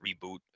reboot